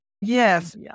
Yes